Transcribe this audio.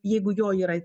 jeigu jo yra